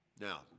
Now